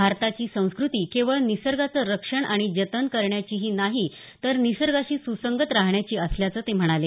भारताची संस्कृती केवळ निसर्गाचं रक्षण आणि जतन करण्याची नाही तर निसर्गाशी सुसंगत राहण्याची असल्याचं ते म्हणाले